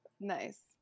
nice